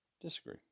disagree